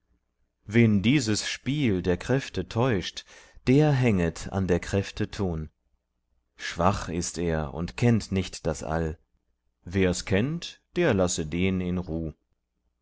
wen dieses spiel der kräfte täuscht der hänget an der kräfte tun schwach ist er und kennt nicht das all wer's kennt der lasse den in ruh